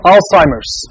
Alzheimer's